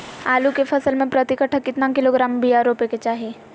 आलू के फसल में प्रति कट्ठा कितना किलोग्राम बिया रोपे के चाहि?